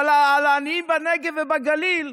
אבל על העניים בנגב ובגליל,